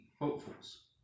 hopefuls